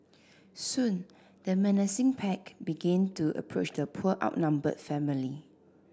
soon the menacing pack began to approach the poor outnumbered family